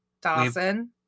Dawson